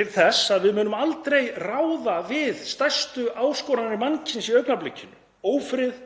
til þess að við munum aldrei ráða við stærstu áskoranir mannkyns í augnablikinu, ófrið,